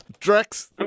Drex